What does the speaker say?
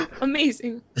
Amazing